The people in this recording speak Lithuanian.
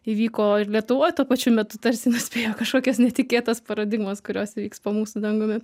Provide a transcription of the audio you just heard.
įvyko ir lietuvoj tuo pačiu metu tarsi nuspėjo kažkokias netikėtas paradigmas kurios vyks po mūsų dangumi